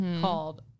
called